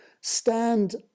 stand